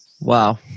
wow